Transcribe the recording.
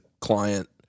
client